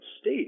state